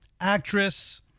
actress